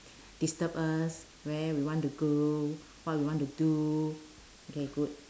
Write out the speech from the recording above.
disturb us where we want to go what we want to do okay good